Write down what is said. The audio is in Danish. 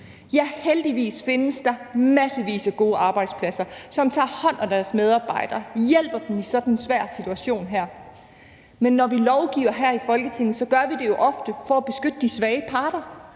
Heldigvis findes der massevis af gode arbejdspladser, som tager hånd om deres medarbejdere og hjælper dem i sådan en svær situation, men når vi lovgiver her i Folketinget, gør vi det jo ofte for at beskytte de svage parter,